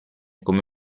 come